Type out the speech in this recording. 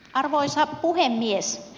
arvoisa puhemies